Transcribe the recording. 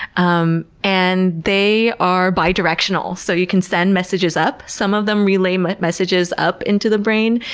um and they are bi-directional, so you can send messages up, some of them relay but messages up into the brain,